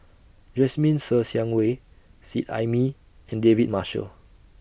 Jasmine Ser Xiang Wei Seet Ai Mee and David Marshall